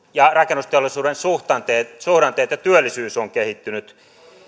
miten rakennusteollisuuden suhdanteet suhdanteet ja työllisyys ovat kehittyneet